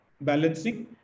balancing